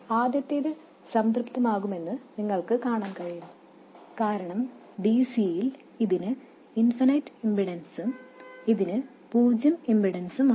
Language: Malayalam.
ആദ്യത്തേത് സംതൃപ്തമാകുമെന്ന് നിങ്ങൾക്ക് കാണാൻ കഴിയും കാരണം dc യിൽ ഇതിന് ഇൻഫൈനൈറ്റ് ഇംപെഡൻസും ഇതിന് പൂജ്യം ഇംപെഡൻസും ഉണ്ട്